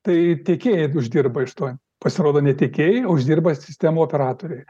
tai tiekėjai uždirba iš to pasirodo ne tiekėjai o uždirba sistemų operatoriai